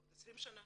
בעוד 20 שנה?